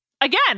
Again